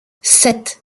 sept